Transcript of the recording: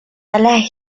alas